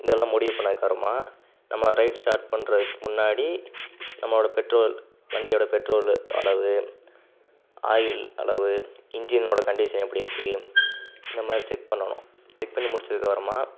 இதெல்லாம் முடிவு பண்ணதுக்கப்றமா நம்ம ரைட் ஸ்டார்ட் பண்ணுறதுக்கு முன்னாடி நம்மளோடய பெட்ரோல் வண்டியோடய பெட்ரோலு அளவு ஆயில் அளவு இன்ஜினோடய கண்டிஷன் எப்படி இருக்குது இந்த மாதிரி செக் பண்ணணும் செக் பண்ணி முடிச்சதுக்கப்புறமா